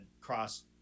cross